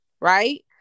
right